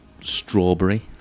Strawberry